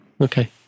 okay